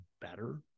better